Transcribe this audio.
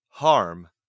Harm